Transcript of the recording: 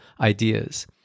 ideas